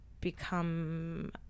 become